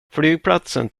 flygplatsen